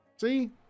see